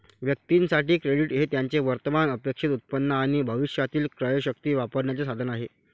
व्यक्तीं साठी, क्रेडिट हे त्यांचे वर्तमान अपेक्षित उत्पन्न आणि भविष्यातील क्रयशक्ती वापरण्याचे साधन आहे